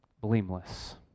blameless